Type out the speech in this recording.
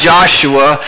Joshua